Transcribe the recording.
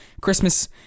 Christmas